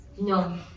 No